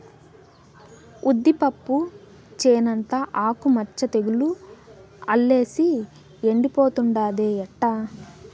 ఉద్దిపప్పు చేనంతా ఆకు మచ్చ తెగులు అల్లేసి ఎండిపోతుండాదే ఎట్టా